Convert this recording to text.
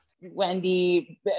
Wendy